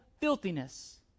filthiness